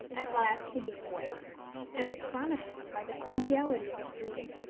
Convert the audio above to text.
at last he gave way and astonished me by the cordiality of his greeting.